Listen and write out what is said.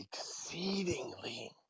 exceedingly